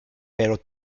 pero